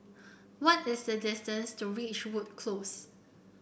what is the distance to Ridgewood Close